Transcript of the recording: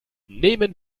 nehmen